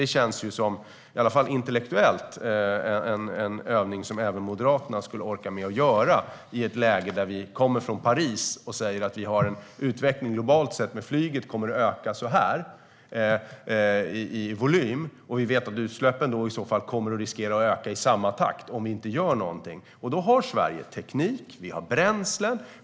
Det känns i alla fall intellektuellt som en övning som även Moderaterna skulle orka med att göra i ett läge då vi kommer från Paris och säger att vi har en utveckling globalt sett där flyget kommer att öka mycket i volym. Vi vet då att utsläppen kommer att riskera att öka i samma takt om vi inte gör någonting. Sverige har teknik och bränslen.